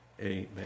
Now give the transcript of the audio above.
Amen